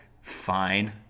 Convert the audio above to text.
fine